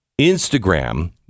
Instagram